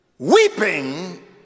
weeping